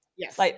Yes